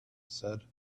said